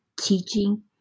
teaching